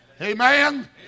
Amen